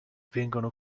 vengono